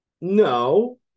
No